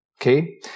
Okay